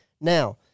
Now